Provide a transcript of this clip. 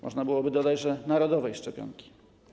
Można byłoby dodać: narodowej szczepionki.